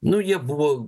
nu jie buvo